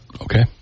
Okay